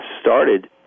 started